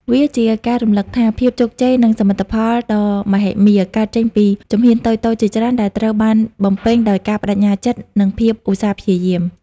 វាជាការរំលឹកថា ភាពជោគជ័យ និងសមិទ្ធផលដ៏មហិមា កើតចេញពីជំហានតូចៗជាច្រើនដែលត្រូវបានបំពេញដោយការប្តេជ្ញាចិត្ត និងភាពឧស្សាហ៍ព្យាយាម។